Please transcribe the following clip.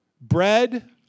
Bread